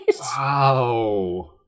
Wow